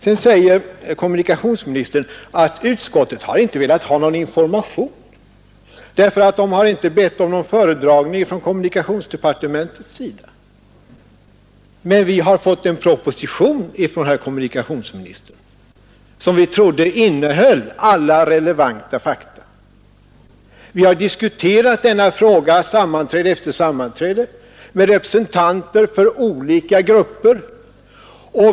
Sedan påstår kommunikationsministern att utskottet inte har velat ha någon information, eftersom det inte har bett om föredragning från kommunikationsdepartementet. Men vi har fått en proposition från herr kommunikationsministern som vi trodde innehöll alla relevanta fakta. Vi har diskuterat denna fråga på sammanträde efter sammanträde med representanter för olika grupper.